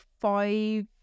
five